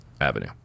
Avenue